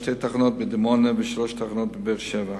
שתי תחנות בדימונה ושלוש תחנות בבאר-שבע.